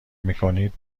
میکنید